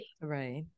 Right